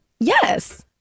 Yes